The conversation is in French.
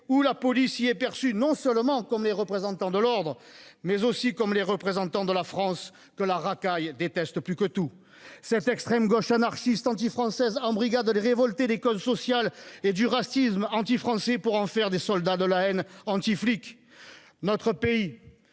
où la police est perçue non seulement comme les représentants de l'ordre, mais aussi comme les représentants de la France que la racaille déteste plus que tout. Cette extrême gauche anarchiste anti-française embrigade les révoltés des causes sociales et du racisme anti-français pour en faire des soldats de la haine anti-flics. Notre pays,